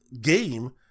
game